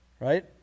Right